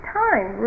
time